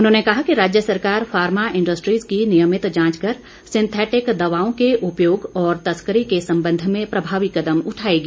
उन्होंने कहा कि राज्य सरकार फार्मा इंडस्ट्रीज की नियमित जांच कर सिंथेटिक दवाओं के उपयोग और तस्करी के संबंध में प्रभावी कदम उठायेगी